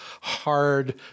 hard